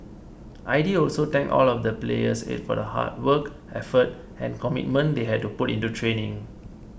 Aide also thanked all of the players for the hard work effort and commitment they had to put into training